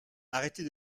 arrêtez